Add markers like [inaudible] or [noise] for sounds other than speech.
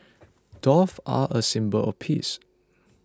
[noise] doves are a symbol of peace